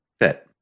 fit